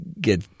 get